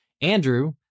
Andrew